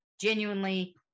genuinely